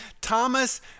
Thomas